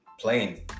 plain